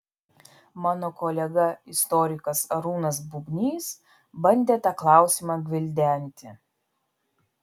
mano kolega istorikas arūnas bubnys bandė tą klausimą gvildenti